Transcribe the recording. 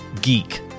geek